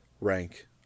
rank